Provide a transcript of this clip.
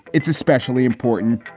it's especially important.